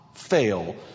fail